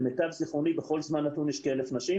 למיטב זיכרוני בכל זמן נתון יש כ-1,000 נשים.